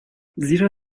زیرا